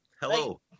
Hello